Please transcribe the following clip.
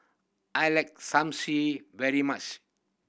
I like very much